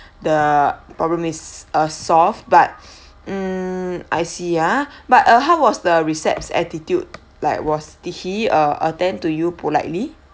the problem is uh solve but um I see ah but uh how was the recep's attitude like was did he uh attend to you politely